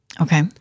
Okay